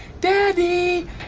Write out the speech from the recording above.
Daddy